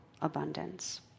abundance